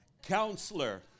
Counselor